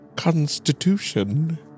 Constitution